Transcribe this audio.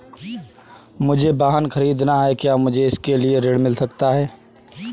मुझे वाहन ख़रीदना है क्या मुझे इसके लिए ऋण मिल सकता है?